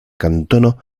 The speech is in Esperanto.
kantono